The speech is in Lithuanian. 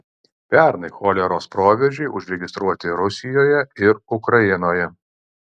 pernai choleros proveržiai užregistruoti rusijoje ir ukrainoje